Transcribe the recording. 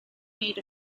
made